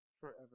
forever